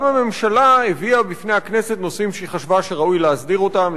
גם הממשלה הביאה בפני הכנסת נושאים שהיא חשבה שראוי להסדיר אותם,